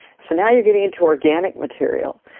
so now you're getting into organic material.